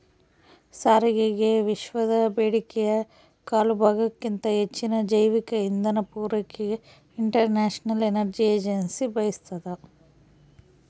ಸಾರಿಗೆಗೆವಿಶ್ವದ ಬೇಡಿಕೆಯ ಕಾಲುಭಾಗಕ್ಕಿಂತ ಹೆಚ್ಚಿನ ಜೈವಿಕ ಇಂಧನ ಪೂರೈಕೆಗೆ ಇಂಟರ್ನ್ಯಾಷನಲ್ ಎನರ್ಜಿ ಏಜೆನ್ಸಿ ಬಯಸ್ತಾದ